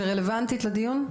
שרלוונטית לדיון?